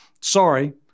sorry